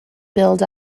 build